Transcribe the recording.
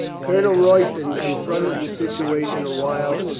colonel royston confronted the situation a while,